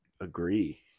agree